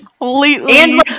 completely